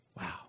Wow